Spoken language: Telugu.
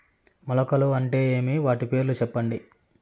మొలకలు అంటే ఏమి? వాటి పేర్లు సెప్పండి?